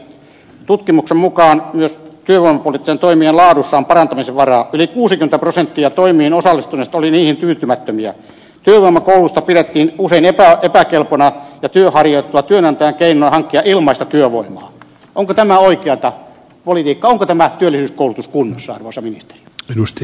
tutkimuksen mukaan liikkeellä pudoten toimiala on parantamisen varaa yli kuusikymmentä prosenttia toinen osa oli niin tyytymättömiä työelämän joustot pidettiin usein epäkelpona ja työparia työnantaja ei lankea ilmaista työvoimaa onko tämä oikeata politiikkaa tämä työllisyyskoulutus kunnossa osa niistä edusti